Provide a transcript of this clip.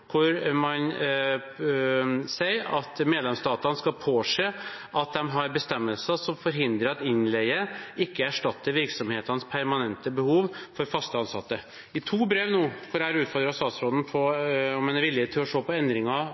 hvor man sier at medlemsstatene skal påse at de har bestemmelser som forhindrer at innleie erstatter virksomhetenes permanente behov for fast ansatte. I to brev hvor jeg har utfordret statsråden på om han er villig til å se på endringer